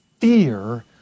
fear